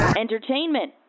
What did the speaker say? Entertainment